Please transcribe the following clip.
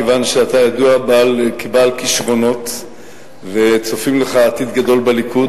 כיוון שאתה ידוע כבעל כשרונות וצופים לך עתיד גדול בליכוד,